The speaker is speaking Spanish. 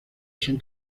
son